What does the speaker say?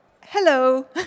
Hello